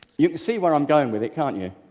you can see where i'm going with it, can't you?